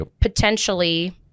Potentially